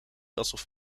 alsof